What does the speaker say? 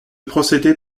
procédé